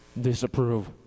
disapprove